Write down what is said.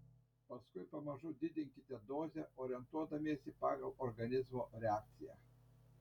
paskui pamažu didinkite dozę orientuodamiesi pagal organizmo reakciją